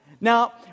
Now